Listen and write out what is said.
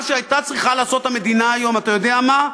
מה שהייתה צריכה לעשות המדינה היום, אתה יודע מה?